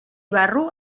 barru